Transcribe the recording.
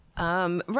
Right